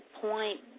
point